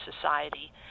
society